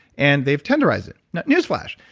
and they've tenderized it. news flash.